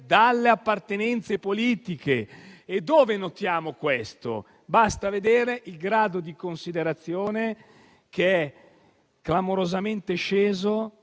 dalle appartenenze politiche. Dove notiamo questo? Basta vedere il grado di considerazione, che è clamorosamente sceso,